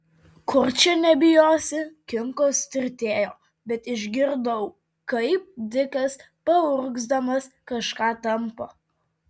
kur čia nebijosi kinkos tirtėjo bet išgirdau kaip dikas paurgzdamas kažką tampo